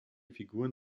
figuren